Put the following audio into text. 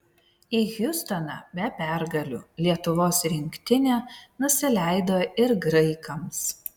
į hjustoną be pergalių lietuvos rinktinė nusileido ir graikams